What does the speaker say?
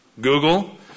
Google